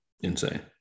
Insane